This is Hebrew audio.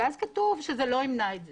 ואז כתוב זה לא ימנע את זה.